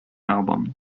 album